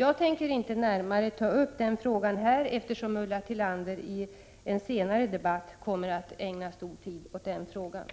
Jag tänker inte närmare ta upp den frågan här i dag, eftersom Ulla Tillander i en senare debatt kommer att ägna stor tid åt den frågan.